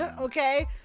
okay